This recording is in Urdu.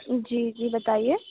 جی جی بتائیے